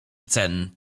cen